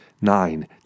nine